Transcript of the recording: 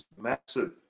massive